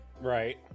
Right